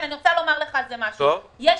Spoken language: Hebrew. יש חיסונים.